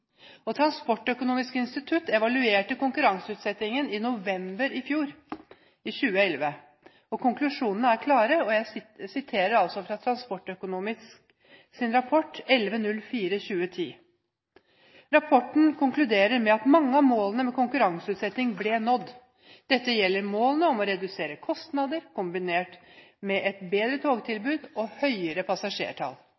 Transportøkonomisk institutt evaluerte konkurranseutsettingen i november i fjor, i 2011. Konklusjonene er klare, og jeg siterer fra TØI-rapport 1104/2010: «Rapporten konkluderer med at mange av målene med konkurranseutsettingen ble nådd. Dette gjelder målene om å redusere kostnader, kombinert med et bedre